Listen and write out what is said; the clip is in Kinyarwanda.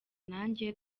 nanjye